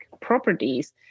properties